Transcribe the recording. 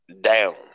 down